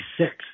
six